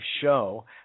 show